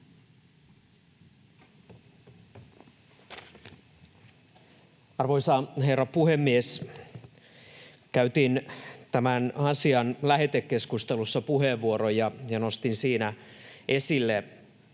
Arvoisa herra puhemies! Käytin tämän asian lähetekeskustelussa puheenvuoron ja nostin siinä esille huolestuttavia